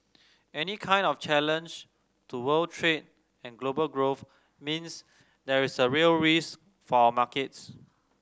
any kind of challenge to world trade and global growth means there is a real risk for our markets